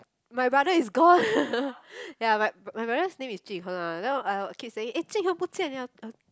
my brother is gone ya my my brother's name is jun hen ah then I I keep saying eh jun hen 不见 liao uh